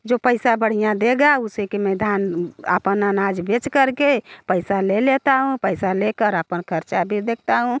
जो पैसा बढ़िया देगा उसे कि मैं धान अपना अनाज बेच कर के पैसा ले लेती हूँ पैसा ले कर अपन ख़र्च भी देखती हूँ